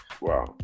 Wow